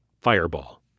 Fireball